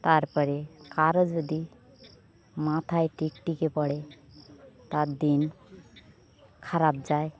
তার পরে কারো যদি মাথায় টিকটিকি পড়ে তার দিন খারাপ যায়